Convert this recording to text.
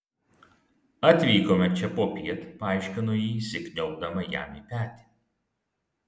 atvykome čia popiet paaiškino ji įsikniaubdama jam į petį